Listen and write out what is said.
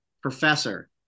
professor